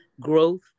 growth